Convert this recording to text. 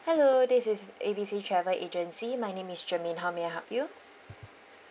hello this is A B C travel agency my name is germaine how may I help you